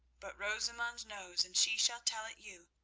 but rosamund knows, and she shall tell it you.